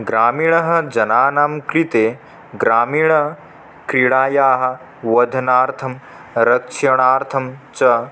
ग्रामीणजनानां कृते ग्रामीणक्रीडायाः वर्धनार्थं रक्षणार्थं च